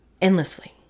endlessly